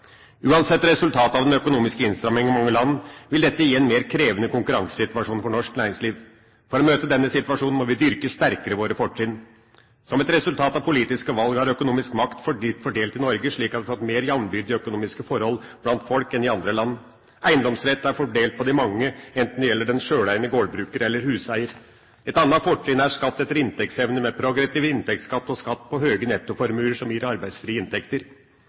Uansett resultat av den økonomiske innstramminga i mange land vil dette gi en mer krevende konkurransesituasjon for norsk næringsliv. For å møte denne situasjonen må vi dyrke sterkere våre fortrinn. Som et resultat av politiske valg er økonomisk makt slik fordelt i Norge at vi her har fått mer jevnbyrdige økonomiske forhold blant folk enn i andre land. Eiendomsrett er fordelt på de mange, enten det gjelder den sjøleiende gårdbruker eller huseier. Et annet fortrinn er skatt etter inntektsevne med progressiv inntektsskatt og skatt på høge nettoformuer som gir arbeidsfrie inntekter.